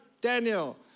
Daniel